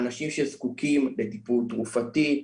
האנשים שזקוקים לטיפול תרופתי,